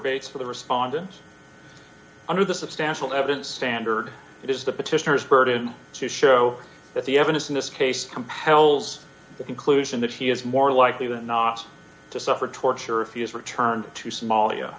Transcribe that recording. base for the respondents under the substantial evidence standard it is the petitioners burden to show that the evidence in this case compels the conclusion that he is more likely than not to suffer torture a fee is returned to somal